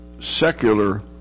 secular